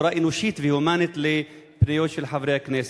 בצורה אנושית והומנית לקריאות של חברי הכנסת.